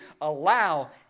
allow